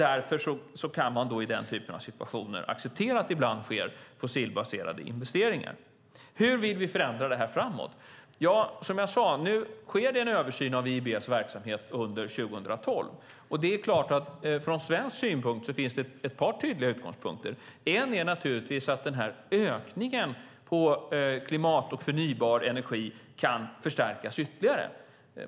Därför kan man i den typen av situationer acceptera att det ibland sker fossilbaserade investeringar. Hur vill vi förändra detta framåt? Från svensk synpunkt finns det ett par tydliga utgångspunkter.